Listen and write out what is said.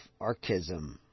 archism